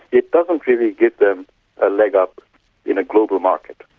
it doesn't really give them a leg-up in a global market.